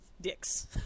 Dicks